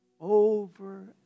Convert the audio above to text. over